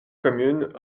communes